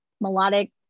melodic